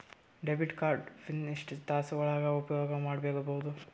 Debit card PIN ಎಷ್ಟ ತಾಸ ಒಳಗ ಉಪಯೋಗ ಮಾಡ್ಬಹುದು?